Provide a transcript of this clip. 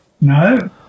No